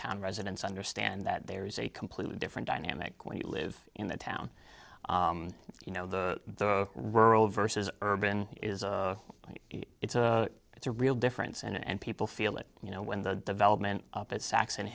town residents understand that there is a completely different dynamic when you live in the town you know the rural versus urban is a it's a it's a real difference and people feel that you know when the development up at saxon